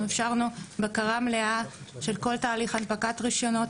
אפשרנו בקרה מלאה של כל תהליך הנפקת רשיונות,